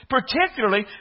particularly